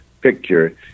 picture